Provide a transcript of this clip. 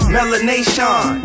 Melanation